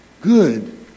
good